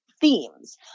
themes